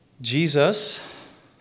Jesus